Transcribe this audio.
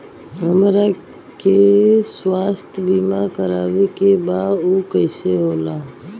हमरा के स्वास्थ्य बीमा कराए के बा उ कईसे होला?